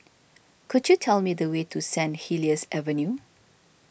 could you tell me the way to St Helier's Avenue